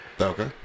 Okay